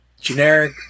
generic